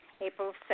April